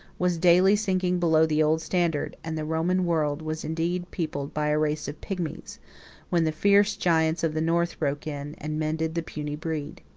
was daily sinking below the old standard, and the roman world was indeed peopled by a race of pygmies when the fierce giants of the north broke in, and mended the puny breed.